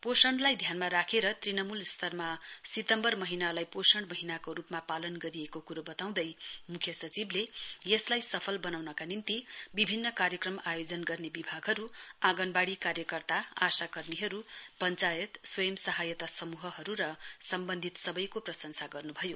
पोषणलाई ध्यानमा राखेर तृणमूल स्तरमा सितम्वर महीनालाई पोषण महीनाको रुपमा पालन गरिएको कुरो वताउँदै यसलाई सफल वनाउने विभिन्न कार्यक्रम आयोजन गर्ने विभागहरु आगनवाँडी कार्यकर्ता आशा कर्मीहरु पंचायत स्वयं सहायता समूहहरु सम्वन्धित सवैको प्रशंसा गर्नभयो